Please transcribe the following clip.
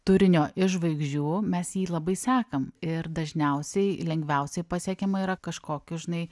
turinio iš žvaigždžių mes jį labai sekam ir dažniausiai lengviausiai pasiekiama yra kažkokiu žinai